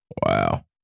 Wow